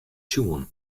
sjoen